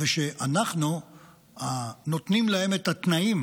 ואנחנו נותנים להם את התנאים